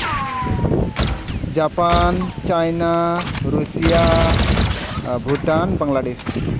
Japan China Russia Bhutan Bangladesh